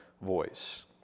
voice